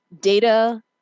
data